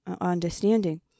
understanding